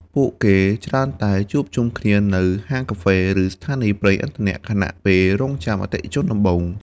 ពួកគេច្រើនតែជួបជុំគ្នានៅហាងកាហ្វេ ឬស្ថានីយ៍ប្រេងឥន្ធនៈ ខណៈពេលរង់ចាំអតិថិជនដំបូង។